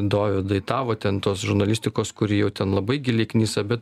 dovydai tavo ten tos žurnalistikos kuri jau ten labai giliai knisa bet